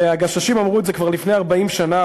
"הגששים" אמרו את זה כבר לפני 40 שנה,